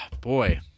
boy